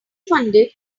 funded